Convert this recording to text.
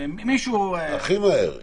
הכי מהר.